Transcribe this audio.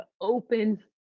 open